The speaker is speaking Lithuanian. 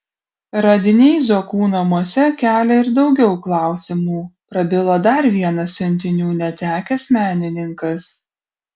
radiniai zuokų namuose kelia ir daugiau klausimų prabilo dar vienas siuntinių netekęs menininkas